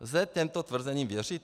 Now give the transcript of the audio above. Lze těmto tvrzením věřit?